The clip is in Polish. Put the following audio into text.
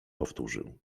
powtórzył